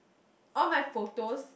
all my photos